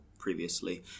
previously